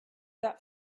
got